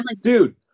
Dude